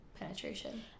penetration